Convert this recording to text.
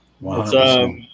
Wow